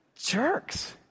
jerks